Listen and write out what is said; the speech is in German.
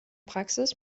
praxis